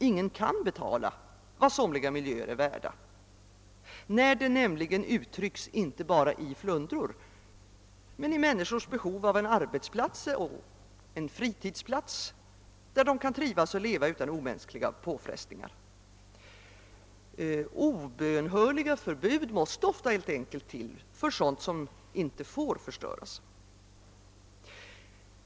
Ingen kan betala vad somliga miljöer är värda, när det nämligen uttrycks inte bara i flundror utan i människors behov av en arbetsplats eller en fritidsplats, där de kan trivas och leva utan omänskliga påfrestningar. Obönhörliga förbud måste ofta till för sådant som helt enkelt inte får förstöras.